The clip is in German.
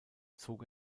zog